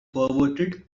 perverted